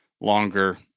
longer